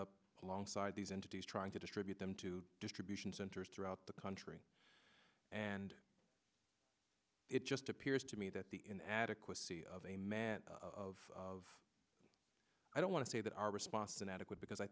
up alongside these entities trying to distribute them to distribution centers throughout the country and it just appears to me that the inadequacy of a man of i don't want to say that our response inadequate because i